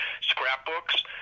scrapbooks